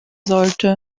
sollte